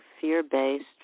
fear-based